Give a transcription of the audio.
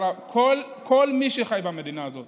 כל מי שחי במדינה הזאת.